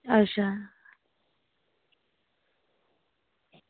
अच्छा